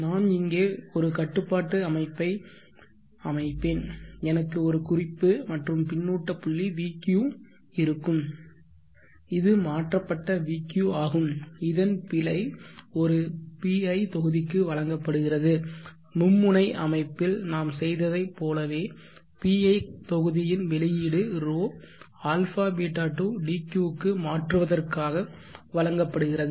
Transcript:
நான் இங்கே ஒரு கட்டுப்பாட்டு அமைப்பை அமைப்பேன் எனக்கு ஒரு குறிப்பு மற்றும் பின்னூட்ட புள்ளி vq இருக்கும் இது மாற்றப்பட்ட vq ஆகும் இதன் பிழை ஒரு PI தொகுதிக்கு வழங்கப்படுகிறது மும்முனை அமைப்பில் நாம் செய்ததைப் போலவே PI தொகுதியின் வெளியீடு ρ αβ to dq க்கு மாற்றுவதற்காக வழங்கப்படுகிறது